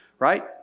Right